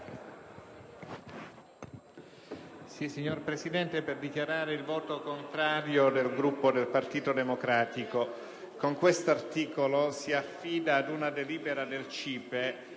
Signora Presidente, intervengo per dichiarare il voto contrario del Gruppo del Partito Democratico. Con l'articolo 15 si affida ad una delibera del CIPE